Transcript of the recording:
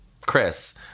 Chris